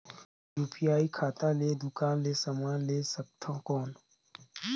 UPI खाता ले दुकान ले समान ले सकथन कौन?